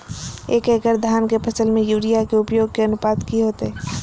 एक एकड़ धान के फसल में यूरिया के उपयोग के अनुपात की होतय?